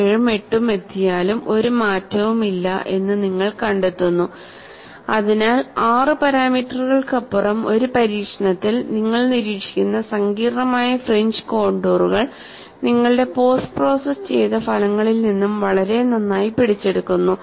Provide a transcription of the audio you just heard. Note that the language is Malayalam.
ഏഴും എട്ടും എത്തിയാലുംഒരു മാറ്റവുമില്ലഎന്ന് നിങ്ങൾ കണ്ടെത്തുന്നു അതിനാൽ ആറ് പാരാമീറ്ററുകൾക്കപ്പുറം ഒരു പരീക്ഷണത്തിൽ നിങ്ങൾ നിരീക്ഷിക്കുന്ന സങ്കീർണ്ണമായ ഫ്രിഞ്ച് കൊണ്ടുറുകൾ നിങ്ങളുടെ പോസ്റ്റ് പ്രോസസ്സ് ചെയ്ത ഫലങ്ങളിൽ നിന്നും വളരെ നന്നായി പിടിച്ചെടുക്കുന്നു